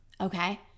Okay